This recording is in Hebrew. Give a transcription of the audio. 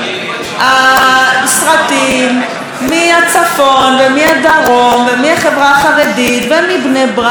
מהצפון ומהדרום ומהחברה החרדית ומבני ברק ומכפר קרע ומאום אל-פחם,